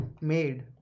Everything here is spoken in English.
made